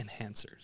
enhancers